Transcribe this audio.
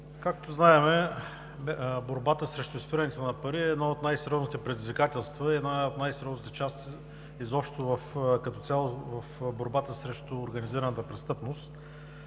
Както знаем борбата срещу изпирането на пари е едно от най-сериозните предизвикателства, една от най-сериозните части изобщо като цяло в борбата срещу организираната престъпност.